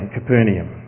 Capernaum